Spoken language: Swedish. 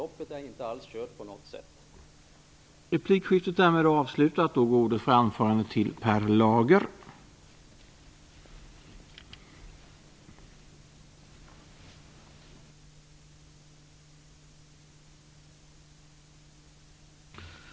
Loppet är alltså inte på något sätt kört.